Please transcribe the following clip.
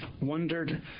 wondered